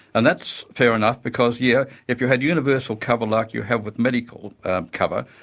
and that's fair enough because yeah if you had universal cover like you have with medical cover,